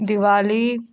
Diwali